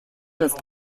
ist